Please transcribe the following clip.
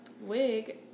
Wig